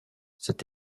cet